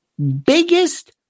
Biggest